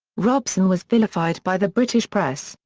robson was vilified by the british press,